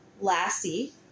lassie